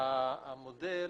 המודל